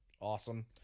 Awesome